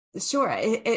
Sure